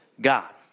God